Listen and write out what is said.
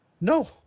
No